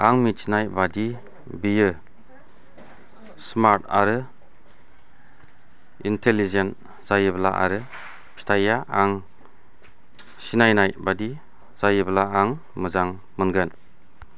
आं मिथिनाय बादि बियो स्मार्ट आरो इन्टेलिजेन्ट जायोब्ला आरो फिथाइया आं सिनायनाय बादि जायोब्ला आं मोजां मोनगोन